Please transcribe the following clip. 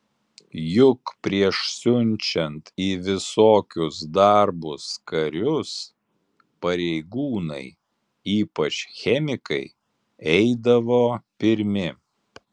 juk prieš siunčiant į visokius darbus karius pareigūnai ypač chemikai eidavo pirmi